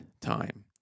time